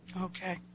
Okay